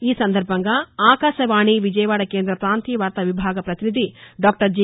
ఈ సందర్బంగా ఆకాశవాణి విజయవాడ కేంద్ర ప్రాంతీయ వార్తా విభాగ ప్రతినిధి డాక్టర్ జి